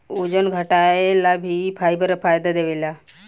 ओजन घटाएला भी फाइबर फायदा देवेला